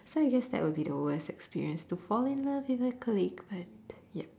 so I guess that would be the worst experience to fall in love with a colleague but yup